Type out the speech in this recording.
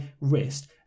wrist